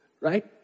right